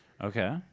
okay